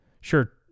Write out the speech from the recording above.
Sure